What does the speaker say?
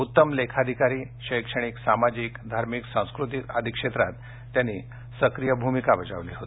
उत्तम लेखाधिकारी शैक्षणिक सामाजिक धार्मिक सांस्कृतिक आदी क्षेत्रात त्यांनी सक्रिय भूमिका बजावली होती